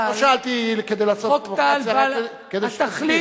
לא שאלתי כדי לעשות פרובוקציה, רק כדי שתסביר.